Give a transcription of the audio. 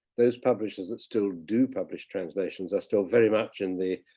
those publishers that still do publish translations are still very much in the